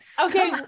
okay